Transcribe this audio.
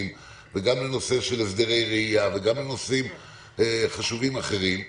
וגם לנושא של הסדרי ראייה וגם לנושאים חשובים אחרים,